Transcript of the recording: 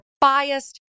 biased